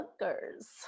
bunkers